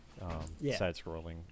side-scrolling